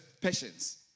patience